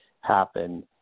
happen